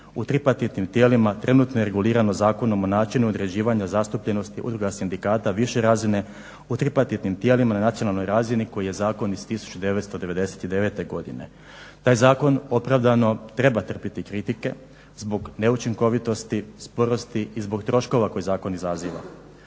u tripartitnim tijelima trenutno je regulirano Zakonom o načinu određivanja zastupljenosti udruga sindikata više razine u tripartitnim tijelima i nacionalnoj razini koji je zakon iz 1999. godine. Taj zakon opravdano treba trpiti kritike zbog neučinkovitosti, sporosti i zbog troškova koje zakon izaziva.